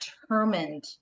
determined